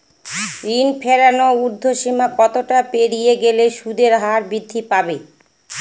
ঋণ ফেরানোর উর্ধ্বসীমা কতটা পেরিয়ে গেলে সুদের হার বৃদ্ধি পাবে?